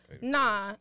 Nah